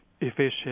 efficient